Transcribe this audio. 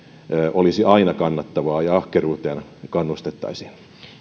olisi aina kannattavaa ja ahkeruuteen kannustettaisiin